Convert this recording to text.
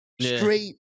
Straight